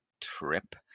trip